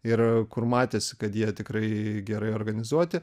ir kur matėsi kad jie tikrai gerai organizuoti